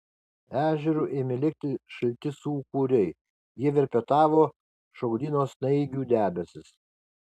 ežeru ėmė lėkti šalti sūkuriai jie verpetavo šokdino snaigių debesis